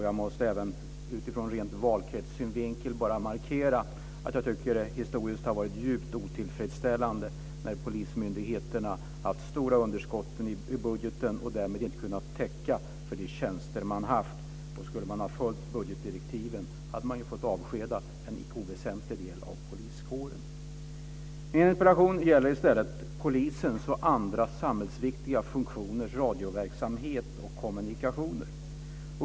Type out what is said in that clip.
Jag måste även utifrån ren valkretssynvinkel bara markera att jag tycker att det historiskt har varit djupt otillfredsställande när polismyndigheterna haft stora underskott i budgeten och därmed inte kunnat täcka för de tjänster man haft. Skulle man ha följt budgetdirektiven hade man fått avskeda en icke oväsentlig del av poliskåren. Min interpellation gäller i stället polisens och andra samhällsviktiga funktioners radioverksamhet och kommunikationer.